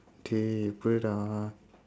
okay